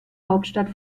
hauptstadt